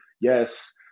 yes